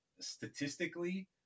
statistically